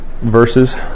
verses